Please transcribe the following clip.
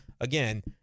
again